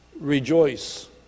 rejoice